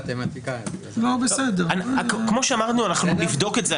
כמו שאמרנו, אנחנו נבדוק את זה.